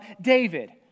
David